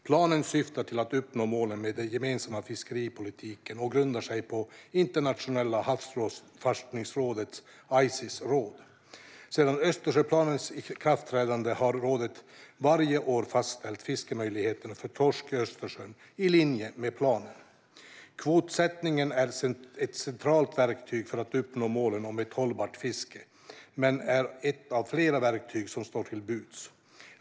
Planen syftar till att uppnå målen med den gemensamma fiskeripolitiken och grundar sig på Internationella havsforskningsrådets, Ices, råd. Sedan Östersjöplanens ikraftträdande har rådet varje år fastställt fiskemöjligheter för torsk i Östersjön i linje med planen. Kvotsättning är ett centralt verktyg för att uppnå målet om ett hållbart fiske men är ett av flera verktyg som står till buds.